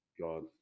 God